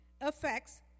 affects